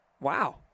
Wow